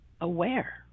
aware